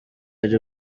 ari